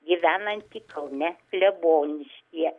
gyvenantį kaune kleboniškyje